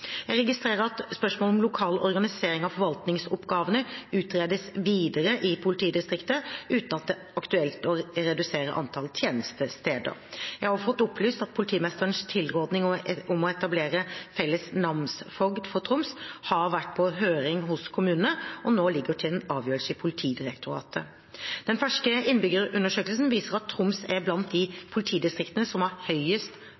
Jeg registrerer at spørsmålet om lokal organisering av forvaltningsoppgavene utredes videre i politidistriktet uten at det er aktuelt å redusere antall tjenestesteder. Jeg har også fått opplyst at politimesterens tilrådning om å etablere felles namsfogd for Troms har vært på høring hos kommunene og nå ligger til avgjørelse i Politidirektoratet. Den ferske innbyggerundersøkelsen viser at Troms er blant politidistriktene som har høyest